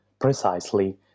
precisely